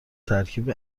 ترکیب